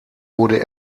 wurde